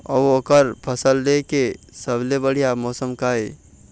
अऊ ओकर फसल लेय के सबसे बढ़िया मौसम का ये?